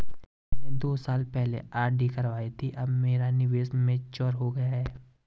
मैंने दो साल पहले आर.डी करवाई थी अब मेरा निवेश मैच्योर हो गया है